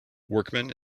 workmen